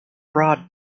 broad